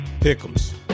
Pickles